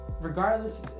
Regardless